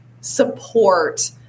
support